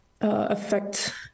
affect